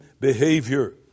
behavior